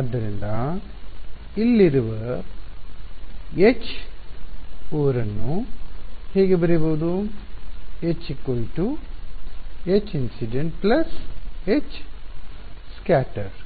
ಆದ್ದರಿಂದ ಇಲ್ಲಿರುವ H over ಅನ್ನು ಹೀಗೆ ಬರೆಯಬಹುದು H Hinc Hscat IncidentScattered